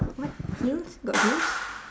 what heels got heels